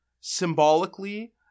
symbolically